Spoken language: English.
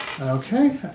Okay